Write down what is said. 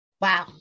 Wow